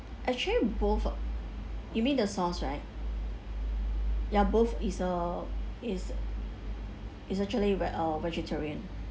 actually both are you mean the sauce right ya both is uh is is actually ve~ uh vegetarian